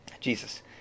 Jesus